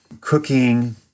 cooking